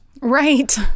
Right